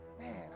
Man